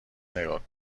نگاه